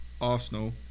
Arsenal